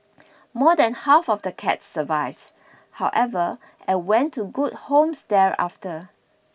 more than half of the cats survived however and went to good homes there after